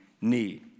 need